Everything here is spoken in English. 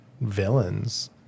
villains